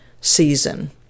season